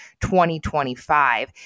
2025